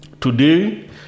Today